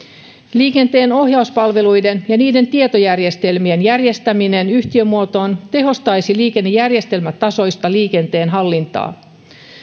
liikenteenohjauspalveluiden ja niiden tietojärjestelmien järjestäminen yhtiömuotoon tehostaisi liikennejärjestelmätasoista liikenteenhallintaa